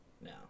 No